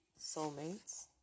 soulmates